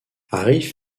arrive